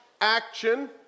action